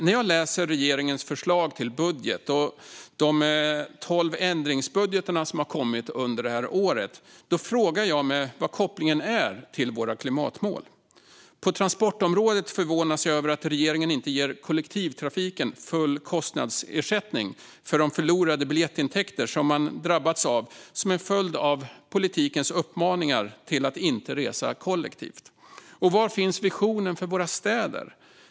När jag läser regeringens förslag till budget och de tolv ändringsbudgetar som har kommit under året frågar jag mig dock var kopplingen till våra klimatmål finns. På transportområdet förvånas jag över att regeringen inte ger kollektivtrafiken full kostnadsersättning för de förlorade biljettintäkter den drabbats av som en följd av politikens uppmaningar till människor att inte resa kollektivt. Och var finns visionen för våra städer?